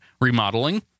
remodeling